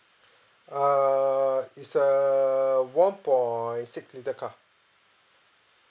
err it's a one point six litre car